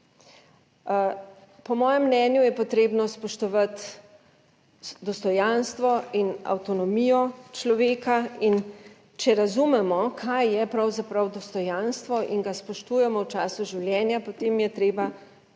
Po mojem mnenju je potrebno spoštovati dostojanstvo in avtonomijo človeka. In če razumemo kaj je pravzaprav dostojanstvo in ga spoštujemo v času življenja, potem je treba